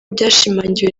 byashimangiwe